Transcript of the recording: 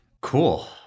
cool